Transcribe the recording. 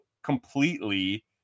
completely